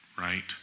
right